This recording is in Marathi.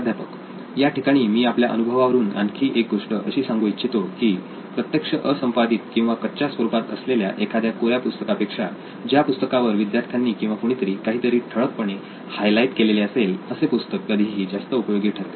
प्राध्यापक या ठिकाणी मी आपल्या अनुभवावरून आणखी एक गोष्ट अशी सांगू इच्छितो की प्रत्यक्ष असंपादित किंवा कच्च्या स्वरूपात असलेल्या एखाद्या कोऱ्या पुस्तकापेक्षा ज्या पुस्तकावर विद्यार्थ्यांनी किंवा कुणीतरी काहीतरी ठळकपणे हायलाईट केलेले असेल असे पुस्तक कधीही जास्त उपयोगी ठरते